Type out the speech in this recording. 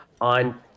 on